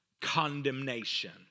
condemnation